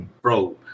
bro